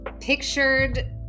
pictured